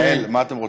יעל, מה אתם רוצים?